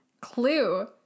clue